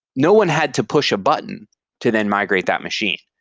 no one had to push a button to then migrate that machine.